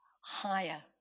higher